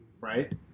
right